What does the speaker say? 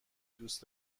دوس